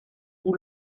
vous